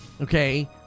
Okay